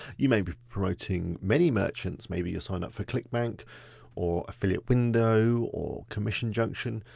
you may be promoting many merchants. maybe you sign up for clickbank or affiliate window or commission junction,